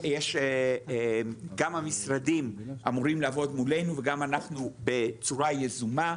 יש כמה משרדים אמורים לעבוד מולנו וגם אנחנו בצורה יזומה,